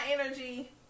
energy